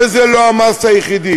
וזה לא המס היחיד.